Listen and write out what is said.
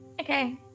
okay